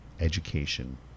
education